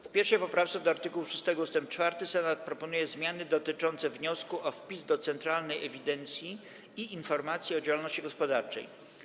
W 1. poprawce do art. 6 ust. 4 Senat proponuje zmiany dotyczące wniosku o wpis do Centralnej Ewidencji i Informacji o Działalności Gospodarczej.